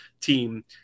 team